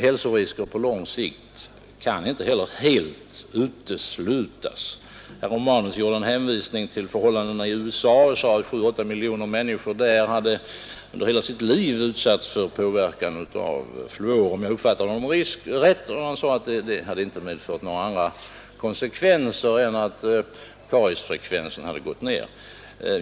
Hälsorisker på lång sikt kan inte heller helt uteslutas. Herr Romanus gjorde en hänvisning till förhållandena i USA och sade — om jag uppfattade honom rätt — att 7, 8 miljoner människor där under hela sitt liv utsatts för påverkan av fluor. Det hade inte medfört några andra konsekvenser än att kariesfrekvensen hade gått ned.